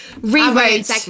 rewrote